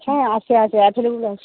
হ্যাঁ আছে আছে আছে